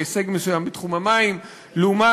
והישג מסוים בתחום המים לעומת